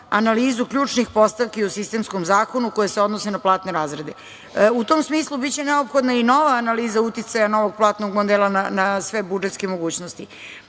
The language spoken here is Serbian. analizu ključnih postavki u sistemskom zakonu koje se odnose na platne razrede. U tom smislu, biće neophodna i nova analiza uticaja novog platnog modela na sve budžetske mogućnosti.